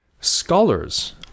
Scholars